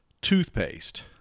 toothpaste